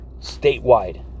Statewide